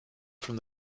from